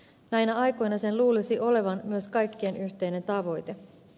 näinä aikoina sen luulisi olevan myös kaikkien yhteinen tavoite